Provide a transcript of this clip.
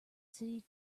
city